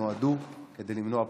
נועדו כדי למנוע בחירות.